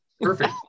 Perfect